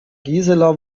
gisela